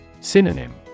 Synonym